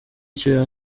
cyo